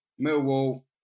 Millwall